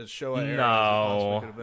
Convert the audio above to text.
No